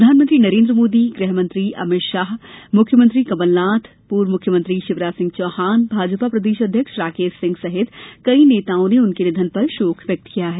प्रधानमंत्री नरेन्द्र मोदी गृहमंत्री अमित शाह मुख्यमंत्री कमलनाथ पूर्व मुख्यमंत्री शिवराज सिंह चौहान भाजपा प्रदेश अध्यक्ष राकेश सिंह सहित कई नेताओं ने उनके निधन पर शोक व्यक्त किया है